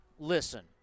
Listen